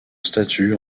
statut